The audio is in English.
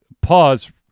pause